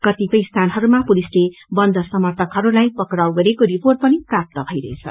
कतिपय स्थानहरूमा पुलिसले बन्द समर्थकहरूलाई पक्राउ गरिएको रिर्पोट पनि प्राप्त भइरहेछ